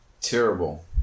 Terrible